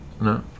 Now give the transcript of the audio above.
No